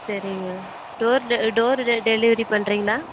சரிங்க door door delivery பண்ணுறீங்களா